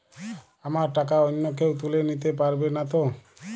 আমার টাকা অন্য কেউ তুলে নিতে পারবে নাতো?